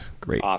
great